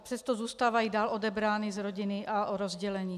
Přesto zůstávají dál odebrány z rodiny a rozděleny.